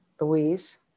Louise